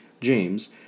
James